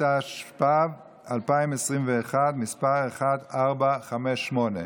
התשפ"ב 2021, מ/1458.